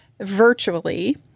virtually